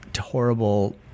horrible